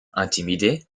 intimidé